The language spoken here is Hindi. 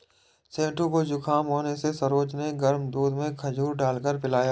सेठू को जुखाम होने से सरोज ने गर्म दूध में खजूर डालकर पिलाया